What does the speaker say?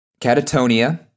Catatonia